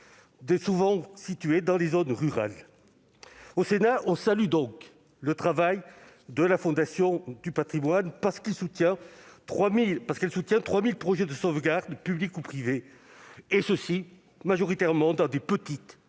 souvent situé dans les zones rurales. Au Sénat, on salue donc le travail de la Fondation du patrimoine, qui soutient 3 000 projets de sauvegarde publics ou privés, majoritairement dans de petites ou